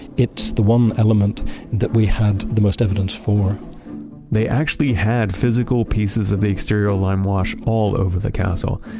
it's the one element that we had the most evidence for they actually had physical pieces of the exterior lime wash all over the castle.